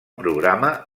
programa